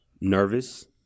Nervous